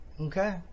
Okay